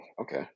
okay